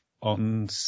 On